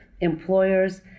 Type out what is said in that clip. Employers